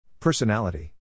Personality